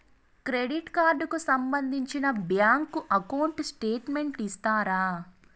Credit card కు సంబంధించిన bank account statement ఇస్తారా?